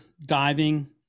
diving